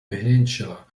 peninsula